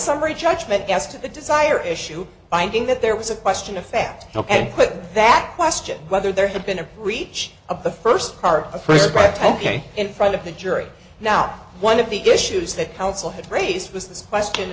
summary judgment as to the desire issue finding that there was a question of fact and put that question whether there had been a breach of the first part of prescribed ten k in front of the jury now one of the issues that council had raised was this question